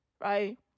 Right